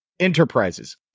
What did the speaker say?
Enterprises